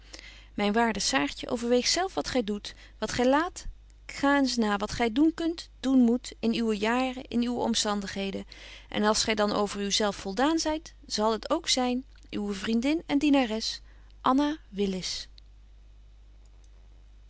myn waarde saartje overweeg zelf wat gy doet wat gy laat ga eens na wat gy doen kunt doen moet in uwe jaren in uwe omstandigheden en als gy dan over u zelf voldaan zyt zal het ook zyn uwe vriendin en dienares